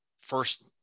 first